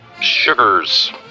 sugars